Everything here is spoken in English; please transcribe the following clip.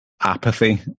apathy